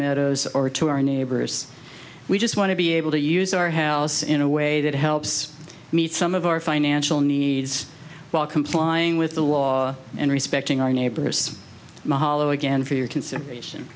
neighborhood or to our neighbors we just want to be able to use our house in a way that helps meet some of our financial needs while complying with the law and respecting our neighbors mahalo again for your consideration